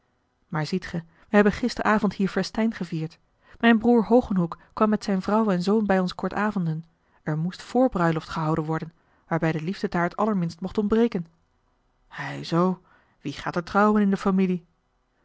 maar ziet ge we hebben gisteravond hier festijn gevierd mijn broêr hogenhoeck kwam met zijne vrouw en zoon bij ons kortavonden er moest vrbruiloft gehouden worden waarbij de liefdetaart allerminst mocht ontbreken ei zoo wie gaat er trouwen in de familie